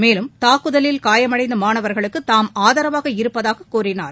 மேலும் தாக்குதலில் காயடைந்த மாணவர்களுக்கு தாம் ஆதரவாக இருப்பதாக கூறினார்